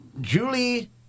Julie